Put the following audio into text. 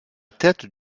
tête